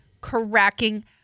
cracking